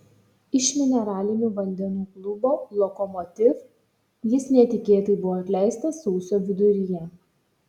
iš mineralinių vandenų klubo lokomotiv jis netikėtai buvo atleistas sausio viduryje